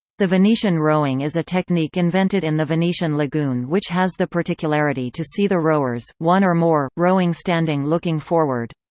the venetian rowing is a technique invented in the venetian lagoon which has the particularity to see the rower s, one or more, rowing standing looking forward.